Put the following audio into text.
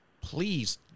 please